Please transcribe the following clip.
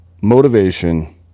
motivation